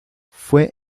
fue